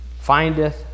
Findeth